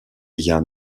jan